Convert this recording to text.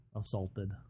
assaulted